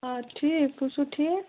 آ ٹھیٖک تُہۍ چھُو ٹھیٖک